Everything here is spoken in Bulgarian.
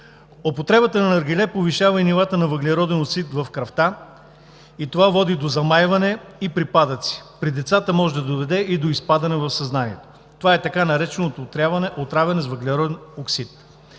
Употребата на наргиле повишава и нивата на въглероден оксид в кръвта и това води до замайване и припадъци, а при децата може да доведе и до изпадане в безсъзнание. Това е така нареченото „отравяне с въглероден оксид“.